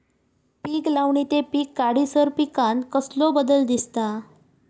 पीक लावणी ते पीक काढीसर पिकांत कसलो बदल दिसता?